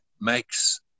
makes